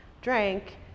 drank